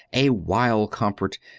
a wild comfort,